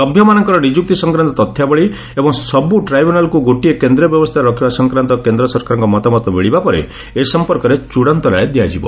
ସଭ୍ୟମାନଙ୍କର ନିଯୁକ୍ତି ସଂକ୍ରାନ୍ତ ତଥ୍ୟାବଳୀ ଏବଂ ସବୁ ଟ୍ରାଇବୁନାଲ୍କୁ ଗୋଟିଏ କେନ୍ଦ୍ରୀୟ ବ୍ୟବସ୍ଥାରେ ରଖିବା ସଂକ୍ରାନ୍ତ କେନ୍ଦ୍ର ସରକାରଙ୍କ ମତାମତ ମିଳିବା ପରେ ଏ ସଫପର୍କରେ ଚୂଡ଼ାନ୍ତ ରାୟ ଦିଆଯିବ